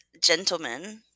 gentlemen